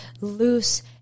loose